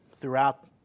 throughout